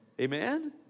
Amen